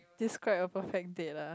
describe your perfect date ah